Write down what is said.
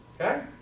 Okay